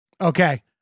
Okay